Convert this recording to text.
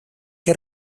que